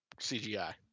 CGI